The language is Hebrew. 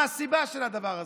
מה הסיבה של הדבר הזה?